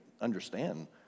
understand